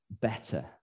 better